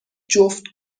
جفت